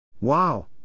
Wow